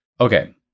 okay